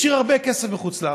השאיר הרבה כסף בחוץ לארץ.